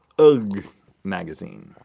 ugh magazine.